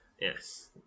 Yes